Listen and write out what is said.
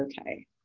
okay